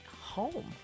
home